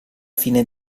fine